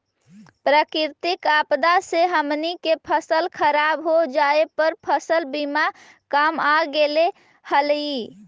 प्राकृतिक आपदा से हमनी के फसल खराब हो जाए पर फसल बीमा काम आ गेले हलई